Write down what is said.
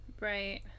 Right